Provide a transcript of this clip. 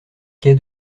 quai